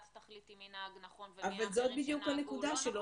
ואת תחליטי מי נהג נכון --- אבל זאת בדיוק הנקודה - שלא